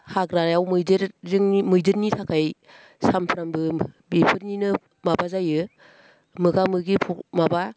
हाग्रायाव मैदेर मैदेरनि थाखाय सामफ्रामबो बेफोरनिनो माबा जायो मोगा मोगि माबा